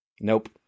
nope